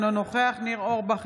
אינו נוכח ניר אורבך,